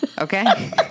okay